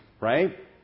right